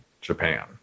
Japan